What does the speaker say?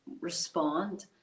respond